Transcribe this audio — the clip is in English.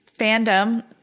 fandom